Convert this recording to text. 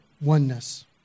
oneness